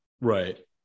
Right